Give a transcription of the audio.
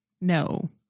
No